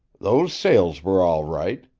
those sales were all right.